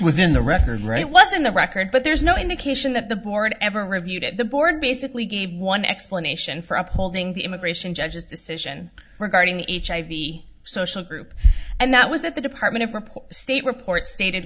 within the record right was in the record but there's no indication that the board ever reviewed it the board basically gave one explanation for upholding the immigration judge's decision regarding the hiv the social group and that was that the department of report state report stated